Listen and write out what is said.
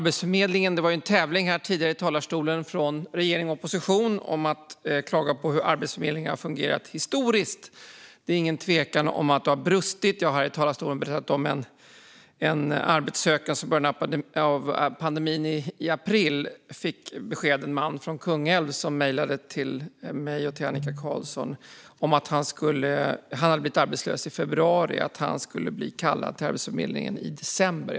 Det var tidigare en tävling här i talarstolen mellan regering och opposition i att klaga på hur Arbetsförmedlingen har fungerat historiskt. Det är ingen tvekan om att det har brustit. Jag har här i talarstolen berättat om en man från Kungälv som mejlade till mig och Annika Qarlsson om att han hade blivit arbetslös i februari och fått besked om att han skulle bli kallad till Arbetsförmedlingen i december.